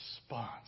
response